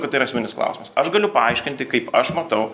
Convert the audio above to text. kad tai yra esminis klausimas aš galiu paaiškinti kaip aš matau